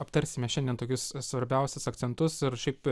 aptarsime šiandien tokius svarbiausius akcentus ir šiaip